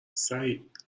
سعید